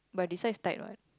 but this size tight what